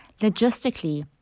logistically